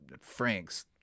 Franks